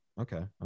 Okay